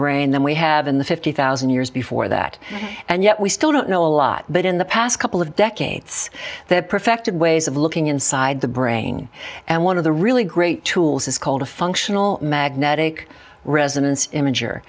brain than we have in the fifty thousand years before that and yet we still don't know a lot but in the past couple of decades there perfected ways of looking inside the brain and one of the really great tools is called a functional magnetic resonance imaging